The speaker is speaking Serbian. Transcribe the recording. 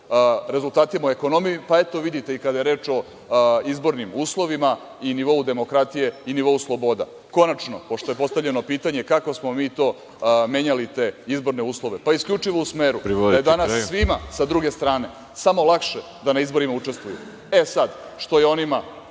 rezultatima ekonomije, pa eto vidite i kada je reč o izbornim uslovima i nivou demokratije i nivou slobode. Konačno pošto je postavljeno pitanje – kako smo mi to menjali te izborne uslove, pa isključivo u smeru, da je danas svima sa druge strane samo lakše da na izborima učestvuju.E, sada što je onima